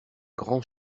grand